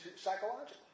psychologically